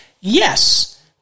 Yes